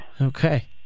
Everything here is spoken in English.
Okay